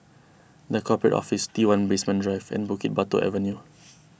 the Corporate Office T one Basement Drive and Bukit Batok Avenue